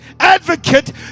advocate